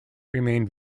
remained